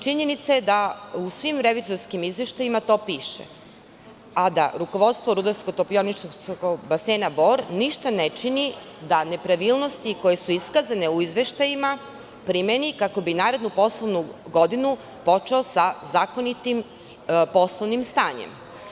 Činjenica je da u svim revizorskim izveštajima to piše, a da rukovodstvo RTB Bor ništa ne čini da nepravilnosti koje su iskazane u izveštajima primeni, kako bi narednu poslovnu godinu počeo sa zakonitim poslovnim stanjem.